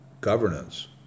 governance